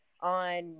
on